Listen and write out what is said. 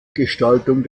gestaltung